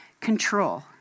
Control